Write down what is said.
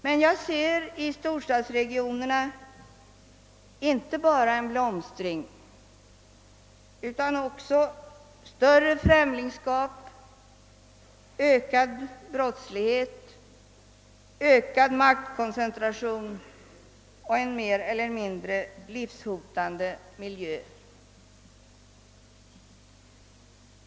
Men jag ser i storstadsregionerna inte bara fördelar utan också större främlingskap och ökad brottslighet, risk för maktkoncentration och en mer eller mindre livshotande miljö.